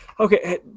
Okay